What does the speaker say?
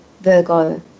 Virgo